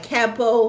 Capo